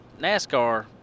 nascar